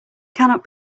cannot